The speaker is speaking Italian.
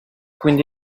quindi